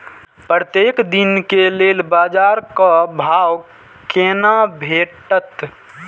प्रत्येक दिन के लेल बाजार क भाव केना भेटैत?